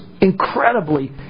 incredibly